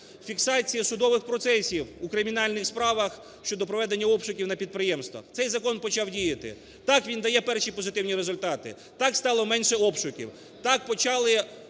фіксація судових процесів у кримінальних справах щодо проведення обшуків на підприємствах. Цей закон почав діяти. Так, він дає перші позитивні результати, так, стало менше обшуків, так, почали